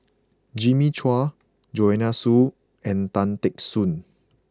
Jimmy Chua Joanne Soo and Tan Teck Soon